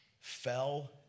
fell